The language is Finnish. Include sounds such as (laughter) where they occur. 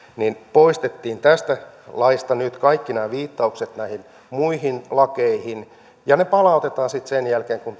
poistettiin tästä laista nyt kaikki nämä viittaukset näihin muihin lakeihin ja ne palautetaan sitten sen jälkeen kun (unintelligible)